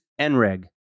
NREG